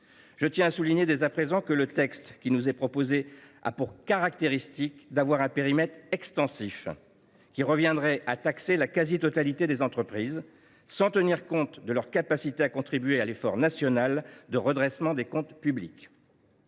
Je souligne à cet égard que le texte qui nous est proposé a pour caractéristique d’avoir un périmètre d’application extensif, qui conduirait à taxer la quasi totalité des entreprises, sans tenir compte de leurs capacités à contribuer à l’effort national de redressement des comptes publics.